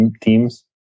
teams